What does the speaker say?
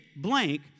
blank